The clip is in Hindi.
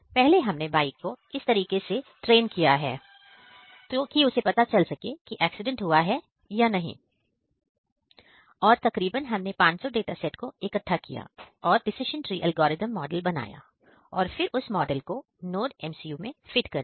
पहले हमने बाइक को इस तरीके से ट्रेन किया कि उसे पता चल सके कि एक्सीडेंट हुआ है और तकरीबन हमने 500 डाटा सेट को इकट्ठा किया और डिसीजन ट्री एल्गोरिथम मॉडल बनाया और फिर उस मॉडल को NodeMCU में फिट कर दिया